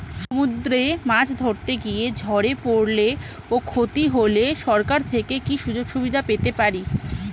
সমুদ্রে মাছ ধরতে গিয়ে ঝড়ে পরলে ও ক্ষতি হলে সরকার থেকে কি সুযোগ সুবিধা পেতে পারি?